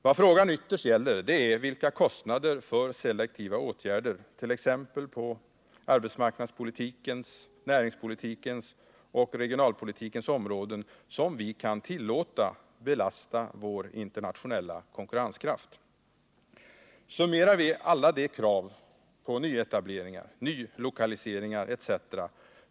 Vad frågan ytterst gäller är vilka kostnader för selektiva åtgärder, på t.ex. arbetsmarknadspolitikens, näringspolitikens och regionalpolitikens områden, som vi kan tillåta belasta vår internationella konkurrenskraft. Summerar man alla de krav på nyetableringar, nylokaliseringar etc.